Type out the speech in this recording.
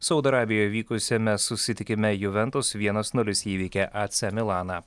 saudo arabijoj vykusiame susitikime juventus vienas nulis įveikė ac milaną